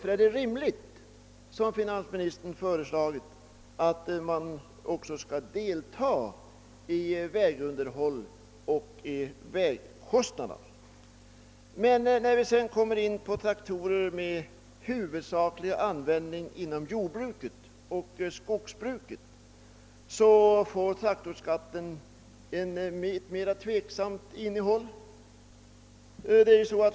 Det är därför rimligt, som finansministern föreslagit, att de också skall delta i vägunderhåll och kostnaderna för vägväsendet. Beträffande traktorer med huvudsaklig användning inom jordoch skogsbruk får traktorskatten dock en mera tveksam innebörd.